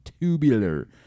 Tubular